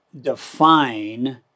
define